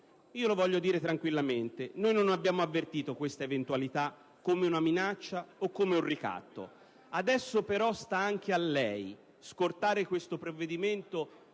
Voglio affermare tranquillamente che non abbiamo avvertito questa eventualità come una minaccia o un ricatto. Adesso, però, sta anche a lei scortare questo provvedimento,